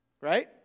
Right